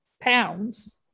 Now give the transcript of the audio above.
pounds